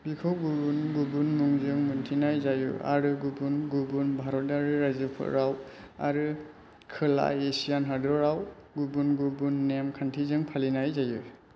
बिखौ गुबुन गुबुन मुंजों मोनथिनाय जायो आरो गुबुन गुबुन भारतारि रायजोफोराव आरो खोला एसियान हादराव गुबुन गुबुन नेमखान्थिजों फालिनाय जायो